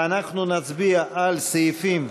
אנחנו נצביע על סעיפים,